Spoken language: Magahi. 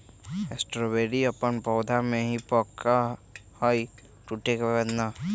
स्ट्रॉबेरी अपन पौधा में ही पका हई टूटे के बाद ना